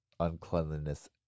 uncleanliness